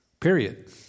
Period